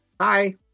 Hi